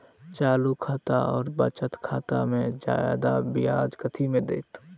चालू खाता आओर बचत खातामे जियादा ब्याज कथी मे दैत?